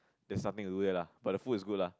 there's something to do there lah but the food is good lah